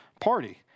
party